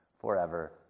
forever